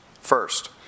First